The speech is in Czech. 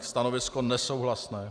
Stanovisko nesouhlasné.